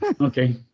Okay